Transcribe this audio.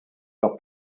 leur